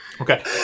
Okay